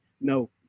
no